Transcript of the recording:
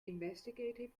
investigative